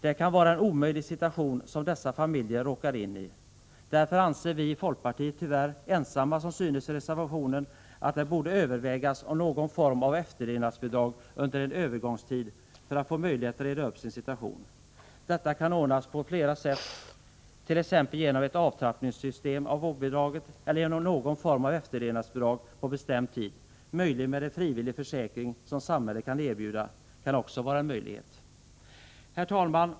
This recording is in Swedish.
Det kan vara en omöjlig situation som dessa familjer råkar in i. Därför anser vi i folkpartiet, tyvärr ensamma som synes i reservationen, att det borde övervägas om man kunde ha någon form av efterlevnadsbidrag under en övergångstid för att få möjlighet att reda upp sin situation. Detta kan ordnas på flera sätt, t.ex. genom ett avtrappningssystem för vårdbidraget eller genom någon form av efterlevnadsbidrag på bestämd tid. En frivillig försäkring, som samhället kan erbjuda, kan också vara en möjlighet. Herr talman!